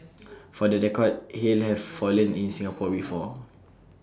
for the record hail have fallen in Singapore before